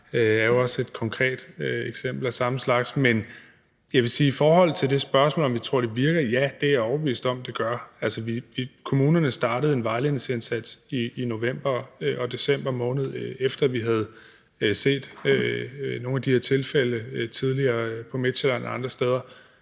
der er også et konkret eksempel på det samme. Men i forhold til spørgsmålet om, om vi tror, det virker, vil jeg sige: Ja, det er jeg overbevist om det gør. Kommunerne startede en vejledningsindsats i november og december måned, efter vi havde set nogle af de her tilfælde tidligere på Midtsjælland og andre steder.